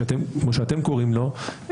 כמו שאתם קוראים לו,